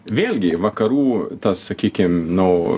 vėlgi vakarų tas sakykim nu